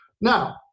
Now